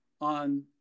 on